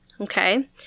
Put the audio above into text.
Okay